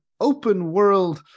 open-world